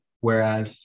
whereas